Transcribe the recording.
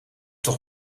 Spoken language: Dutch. toch